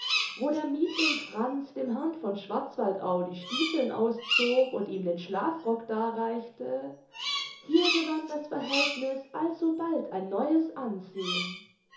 wo der miethling franz dem herrn von schwarzwaldau die stiefeln auszog und ihm den schlafrock darreichte hier gewann das verhältniß alsobald ein neues ansehen